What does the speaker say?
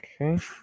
okay